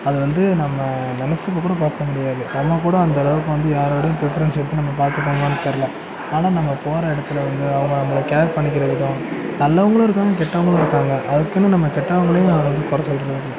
அது வந்து நம்ம நினைச்சிக்கூட பார்க்க முடியாது நம்மக்கூட அந்த அளவுக்கு வந்து யாரோடையும் பிர்ப்பரன்ஸ் எடுத்து நம்ம பார்த்துப்போமானு தெரில ஆனா நம்ம போகற இடத்துல அவங்க அவங்க நம்மளை கேர் பண்ணிக்கிற விதம் நல்லவங்களும் இருக்காங்க கெட்டவங்களும் இருக்காங்க அதுக்குன்னு நம்ம கெட்டவங்களையும் நாம வந்து குறை சொல்றதில்லை